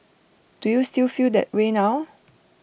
do you still feel that way now